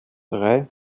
drei